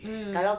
mm